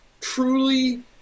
truly